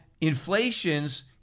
inflation's